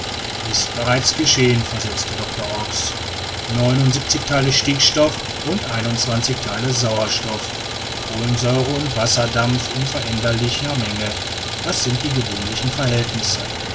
ist bereits geschehen versetzte doctor ox neunundsiebenzig theile stickstoff und einundzwanzig theile sauerstoff kohlensäure und wasserdampf in veränderlicher menge das sind die gewöhnlichen verhältnisse